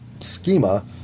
schema